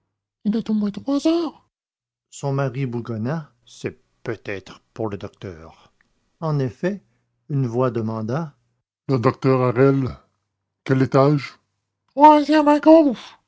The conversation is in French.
il est au moins trois heures son mari bougonna c'est peut-être pour le docteur en effet une voix demanda le docteur harel quel étage